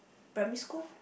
primary school